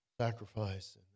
sacrifice